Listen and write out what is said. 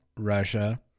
russia